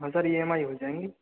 हाँ sir E M I हो जाएगी